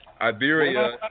Iberia